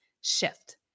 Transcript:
shift